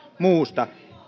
muusta